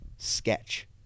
sketch